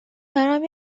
برام